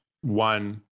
one